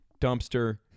Dumpster